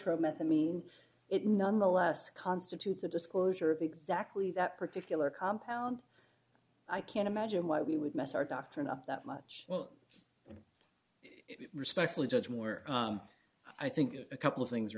methot mean it nonetheless constitutes a disclosure of exactly that particular compound i can't imagine why we would mess our doctrine up that much well respectfully judge moore i think a couple of things are